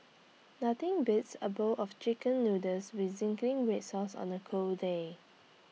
nothing beats A bowl of Chicken Noodles with Zingy Red Sauce on A cold day